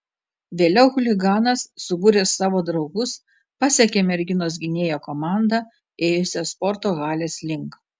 vėliau chuliganas subūręs savo draugus pasekė merginos gynėjo komandą ėjusią sporto halės link